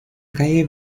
calle